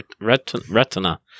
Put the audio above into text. Retina